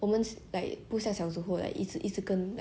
we then just pla~ we cannot won't just play together anymore